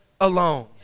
alone